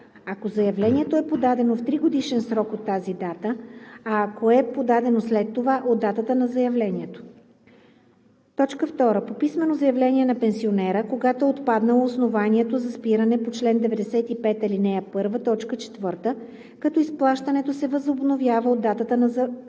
ако заявлението е подадено в тригодишен срок от тази дата, а ако е подадено след това – от датата на заявлението; 2. по писмено заявление на пенсионера, когато е отпаднало основанието за спиране по чл. 95, ал. 1, т. 4, като изплащането се възобновява от датата на заявлението;